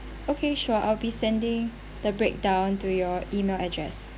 okay sure I'll be sending the breakdown to your email address